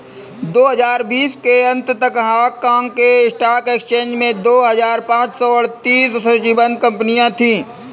दो हजार बीस के अंत तक हांगकांग के स्टॉक एक्सचेंज में दो हजार पाँच सौ अड़तीस सूचीबद्ध कंपनियां थीं